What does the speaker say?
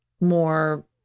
more